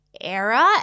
era